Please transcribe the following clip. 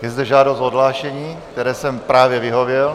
Je zde žádost o odhlášení, které jsem právě vyhověl.